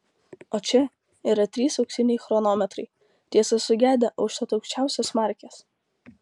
o čia yra trys auksiniai chronometrai tiesa sugedę užtat aukščiausios markės